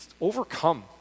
overcome